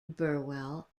burwell